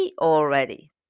already